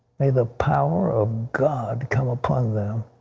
may the power of god come upon them.